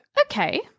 Okay